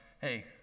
hey